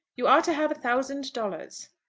you are to have a thousand dollars.